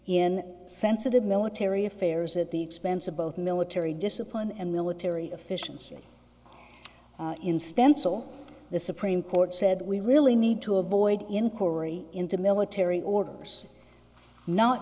in sensitive military affairs at the expense of both military discipline and military officials say in stansell the supreme court said we really need to avoid inquiry into military orders not